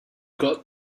got